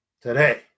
today